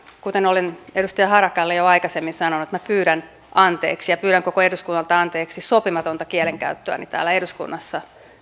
kuten olen edustaja harakalle jo aikaisemmin sanonut että minä pyydän anteeksi ja pyydän koko eduskunnalta anteeksi sopimatonta kielenkäyttöäni täällä eduskunnassa